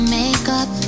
makeup